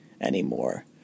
anymore